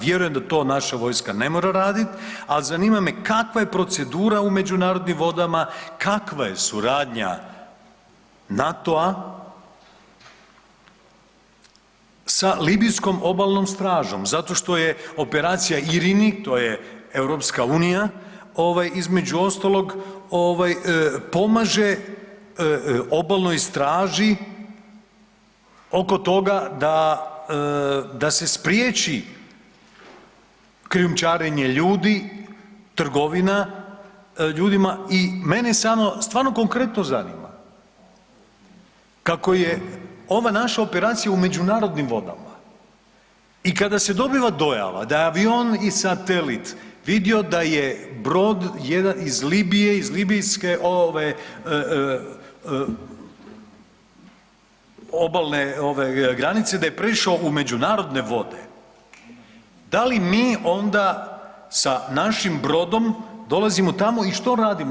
Vjerujem da to naša vojska ne mora radit, al zanima me kakva je procedura u međunarodnim vodama, kakva je suradnja NATO-a sa Libijskom obalnom stražom zato što je operacija IRINI, to je EU, ovaj između ostalog, ovaj pomaže obalnoj straži oko toga da, da se spriječi krijumčarenje ljudi, trgovina ljudima i mene samo stvarno konkretno zanima, kako je ova naša operacija u međunarodnim vodama i kada se dobiva dojava da je avion i satelit vidio da je brod jedan iz Libije iz Libijske ove obalne ove granice da je prešao u međunarodne vode, da li mi onda sa našim brodom dolazimo tamo i što radimo?